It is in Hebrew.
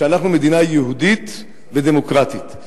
שאנחנו מדינה יהודית ודמוקרטית.